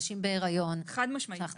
נשים בהיריון.